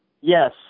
Yes